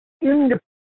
independent